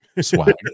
swag